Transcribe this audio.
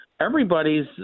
everybody's